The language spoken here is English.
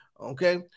Okay